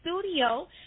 studio